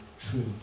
true